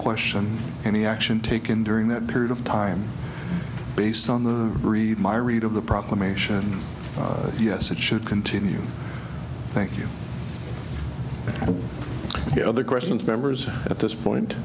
question and the action taken during that period of time based on the read my read of the proclamation yes it should continue thank you the other questions members at this point